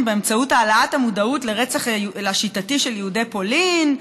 באמצעות העלאת המודעות לרצח השיטתי של יהודי פולין,